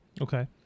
Okay